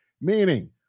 meaning